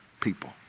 people